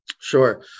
Sure